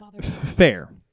Fair